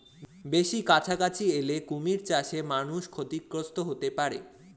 বেশি কাছাকাছি এলে কুমির চাষে মানুষ ক্ষতিগ্রস্ত হতে পারে